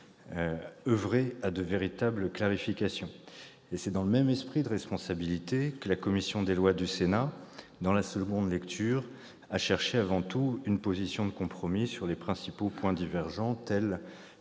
oeuvrer pour de véritables clarifications. C'est dans le même esprit de responsabilité que la commission des lois du Sénat, en seconde lecture, a cherché avant tout une position de compromis sur les principaux points divergents. Il